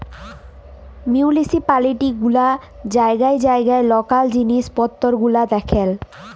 municipality গুলা জাইগায় জাইগায় লকাল জিলিস পত্তর গুলা দ্যাখেল